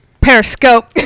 Periscope